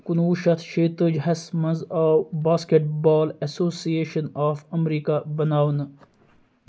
کُنوُہ شیٚتھ شیٚتٲجِی ہَس منٛز آو basket ball association of America بناونہٕ